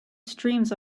streams